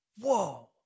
Whoa